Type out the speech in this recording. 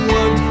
one